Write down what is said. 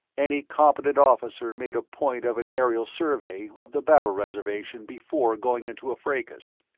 any competent officer made a point of an aerial survey of the battle reservation before going into a fracas.